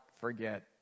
forget